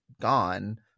gone